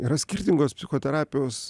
yra skirtingos psichoterapijos